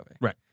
Right